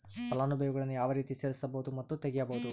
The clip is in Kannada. ಫಲಾನುಭವಿಗಳನ್ನು ಯಾವ ರೇತಿ ಸೇರಿಸಬಹುದು ಮತ್ತು ತೆಗೆಯಬಹುದು?